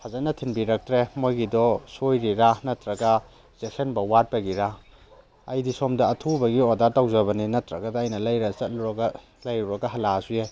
ꯐꯖꯟꯅ ꯊꯤꯟꯕꯤꯔꯛꯇ꯭ꯔꯦ ꯃꯣꯏꯒꯤꯗꯣ ꯁꯣꯏꯔꯤꯔ ꯅꯠꯇ꯭ꯔꯒ ꯆꯦꯛꯁꯤꯟꯕ ꯋꯥꯠꯄꯒꯤꯔ ꯑꯩꯗꯤ ꯁꯣꯝꯗ ꯑꯊꯨꯕꯒꯤ ꯑꯣꯔꯗꯔ ꯇꯧꯖꯕꯅꯤ ꯅꯠꯇ꯭ꯔꯒ ꯑꯩꯅ ꯂꯩꯔ ꯆꯠꯂꯨꯔꯒ ꯂꯩꯔꯨꯔꯒ ꯍꯜꯂꯛꯑꯁꯨ ꯌꯥꯏ